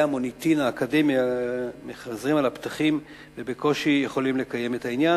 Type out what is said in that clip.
המוניטין האקדמי מחזר על הפתחים ובקושי יכול לקיים את העניין.